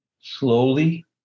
slowly